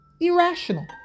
irrational